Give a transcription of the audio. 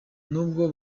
nubwo